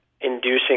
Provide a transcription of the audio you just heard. inducing